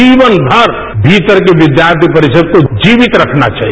जीवनभर भीतर के विद्यार्थी को जीवित रखना चाहिए